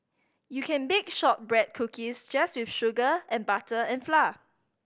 you can bake shortbread cookies just with sugar and butter and flour